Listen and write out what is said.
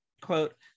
Quote